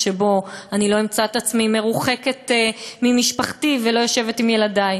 שבו אני לא אמצא את עצמי מרוחקת ממשפחתי ולא יושבת עם ילדי.